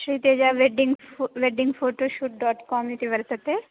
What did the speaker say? Shriteja wedding wedding photoshoot dot com इति वर्तते